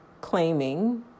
claiming